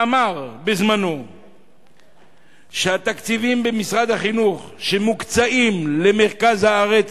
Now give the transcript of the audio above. אמר בזמנו שהתקציבים שמוקצים במשרד החינוך למרכז הארץ,